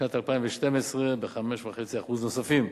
ובשנת 2012 ב-5.5% נוספים.